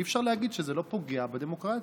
אי-אפשר להגיד שזה לא פוגע בדמוקרטיה.